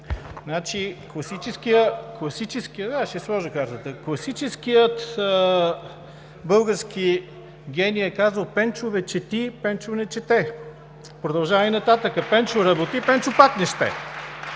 Ангелов, класическият български гений е казал: „Пенчо бе, чети, Пенчо не чете“. Продължава нататък: „Пенчо работи, Пенчо пак не ще“.